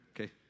Okay